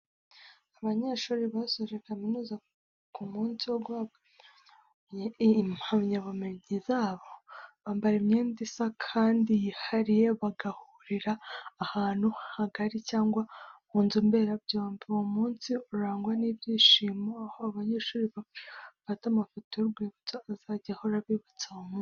Abanyeshuri basoje kaminuza ku munsi wo guhabwa impamyabumenyi zabo, bambara imyenda isa kandi yihariye bagahurira ahantu hagari cyangwa mu nzu mberabyombi. Uwo munsi urangwa n'ibyishimo, aho abanyeshuri bamwe bafata amafoto y'urwibutso azajya ahora abibutsa uwo munsi.